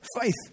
faith